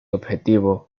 objetivo